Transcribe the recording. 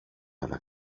alla